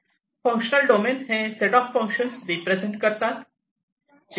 functional domain हे set of function represent करतात